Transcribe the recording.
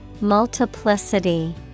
Multiplicity